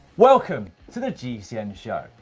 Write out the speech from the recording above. welcome to the gcn show.